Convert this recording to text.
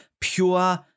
pure